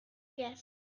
guess